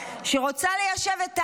שרוצה ליישב את עזה,